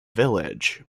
village